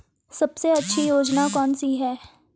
सबसे अच्छी योजना कोनसी है?